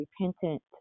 repentant